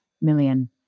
million